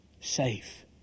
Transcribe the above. safe